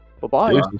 Bye-bye